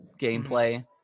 gameplay